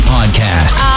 Podcast